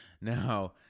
Now